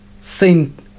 Saint